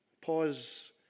Pause